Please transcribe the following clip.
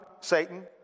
Satan